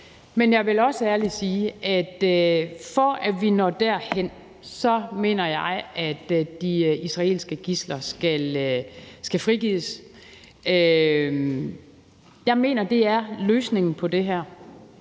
Men jeg vil også ærligt sige, at jeg, for at vi når derhen, mener, at de israelske gidsler skal frigives. Jeg mener, at det er løsningen på det her.